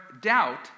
doubt